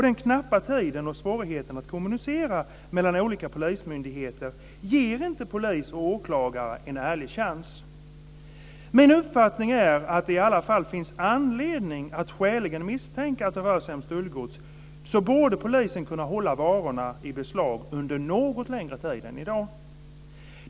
Den knappa tiden och svårigheten att kommunicera mellan olika polismyndigheter ger inte polis och åklagare en ärlig chans. Min uppfattning är att i det fall det finns anledning att skäligen misstänka att rör sig om stöldgods, borde polisen kunna hålla varorna i beslag under något längre tid än i dag.